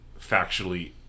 factually